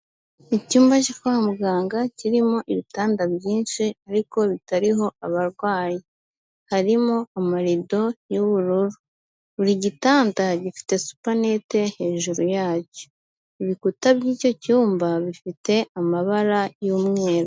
Icyumba cyo kwa muganga kirimo ibitanda byinshi ariko bitariho abarwayi, harimo amarido y'ubururu, buri gitanda gifite supanete hejuru yacyo, ibikuta by'icyo cyumba bifite amabara y'umweru.